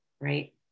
right